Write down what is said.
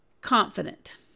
confident